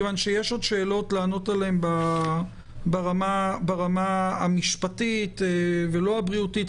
מכיוון שיש עוד שאלות לענות עליהן ברמה המשפטית ולא הבריאותית.